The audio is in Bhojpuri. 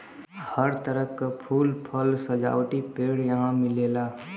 हर तरह क फूल, फल, सजावटी पेड़ यहां मिलेला